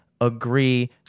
agree